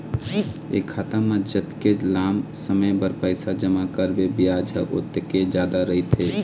ए खाता म जतके लाम समे बर पइसा जमा करबे बियाज ह ओतके जादा रहिथे